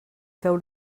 feu